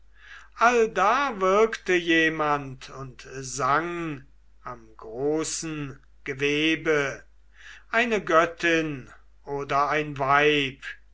allda wirkte jemand und sang am großen gewebe eine göttin oder ein weib